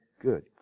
Good